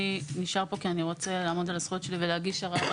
אני נשאר פה כי אני רוצה לעמוד על הזכויות שלי ולהגיש ערר,